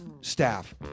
staff